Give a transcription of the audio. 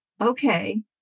okay